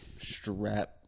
strap